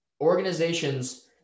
organizations